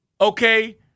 okay